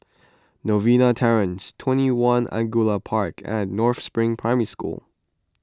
Novena Terrace twenty one Angullia Park and North Spring Primary School